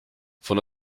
von